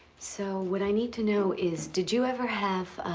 so what i need to know is, did you ever have,